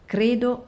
Credo